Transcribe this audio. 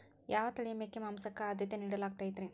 ಯಾವ ತಳಿಯ ಮೇಕೆ ಮಾಂಸಕ್ಕ, ಆದ್ಯತೆ ನೇಡಲಾಗತೈತ್ರಿ?